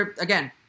Again